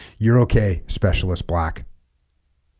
you're okay specialist black